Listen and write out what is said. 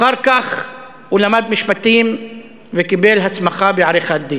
אחר כך הוא למד משפטים וקיבל הסמכה בעריכת-דין.